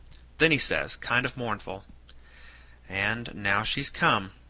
then he says, kind of mournful and now she's come!